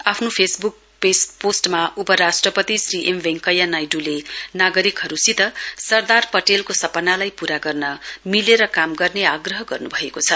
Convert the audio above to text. आफ्नो फेसवुक पोष्टमा उपराष्ट्रपति श्री एम वेंकैया लाइड्ले नागरिकहरुसित सरदार पटेलको सपनालाई पूरा गर्न मिलेर काम गर्ने आग्रह गर्नुभएको छ